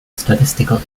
statistical